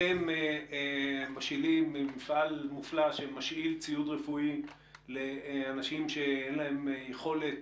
אתם מפעל מופלא שמשאיל ציוד רפואי לאנשים שאין להם יכולת,